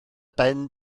ben